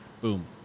boom